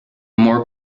more